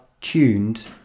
tuned